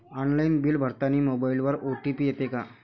Online bill भरतानी मोबाईलवर OTP येते का?